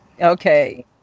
Okay